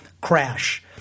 crash